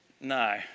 No